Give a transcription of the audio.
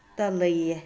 ꯇ ꯂꯩꯌꯦ